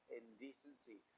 indecency